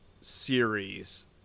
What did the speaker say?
series